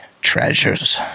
treasures